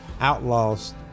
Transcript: outlaws